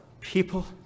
People